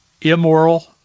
immoral